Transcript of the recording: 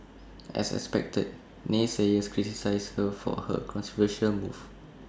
as expected naysayers criticised her for her controversial move